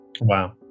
wow